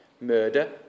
murder